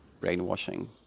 brainwashing